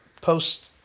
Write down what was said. Post